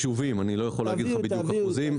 אני לא יכול לומר לך בדיוק כמה אחוזים כי